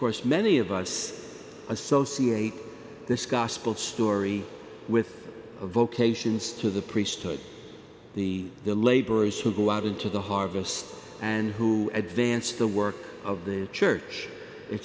course many of us associate this gospel story with vocations to the priesthood the the laborers who go out into the harvest and who advance the work of the church it